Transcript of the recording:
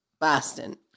Boston